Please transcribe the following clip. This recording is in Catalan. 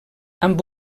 amb